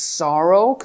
sorrow